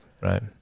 right